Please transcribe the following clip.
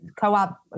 co-op